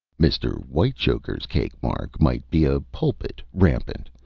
mr. whitechoker's cake-mark might be a pulpit rampant,